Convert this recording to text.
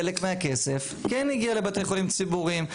חלק מהכסף כן הגיע לבתי חולים ציבוריים.